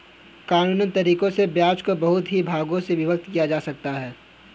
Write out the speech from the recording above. कानूनन तरीकों से ब्याज को बहुत से भागों में विभक्त किया जा सकता है